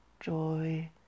joy